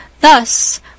Thus